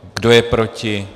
Kdo je proti?